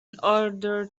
order